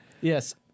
Yes